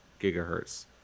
gigahertz